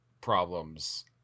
problems